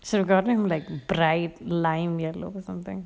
so got him like bright lime yellow or something